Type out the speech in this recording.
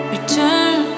Return